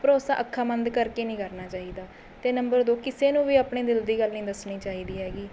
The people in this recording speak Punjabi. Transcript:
ਭਰੋਸਾ ਅੱਖਾਂ ਬੰਦ ਕਰਕੇ ਨਹੀਂ ਕਰਨਾ ਚਾਹੀਦਾ ਅਤੇ ਨੰਬਰ ਦੋ ਕਿਸੇ ਨੂੰ ਵੀ ਆਪਣੇ ਦਿਲ ਦੀ ਗੱਲ ਨਹੀਂ ਦੱਸਣੀ ਚਾਹੀਦੀ ਹੈਗੀ